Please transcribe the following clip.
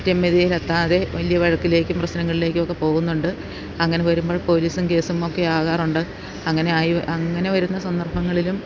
രമ്യതയിൽ എത്താതെ വലിയ വഴക്കിലേക്കും പ്രശ്നങ്ങളിലേക്ക് ഒക്കെ പോകുന്നുണ്ട് അങ്ങനെ വരുമ്പോൾ പോലീസും കേസും ഒക്കെ ആകാറുണ്ട് അങ്ങനെ ആയി അങ്ങനെ വരുന്ന സന്ദർഭങ്ങളിലും